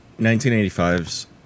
1985's